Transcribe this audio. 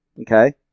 Okay